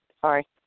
Sorry